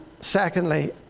secondly